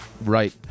Right